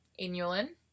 Inulin